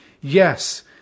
Yes